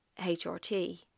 HRT